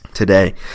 today